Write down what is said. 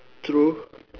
true